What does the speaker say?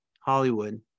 hollywood